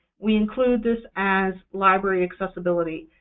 we include this as library accessibility,